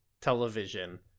television